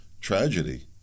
tragedy